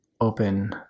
open